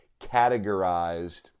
categorized